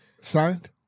signed